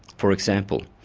for example,